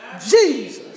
Jesus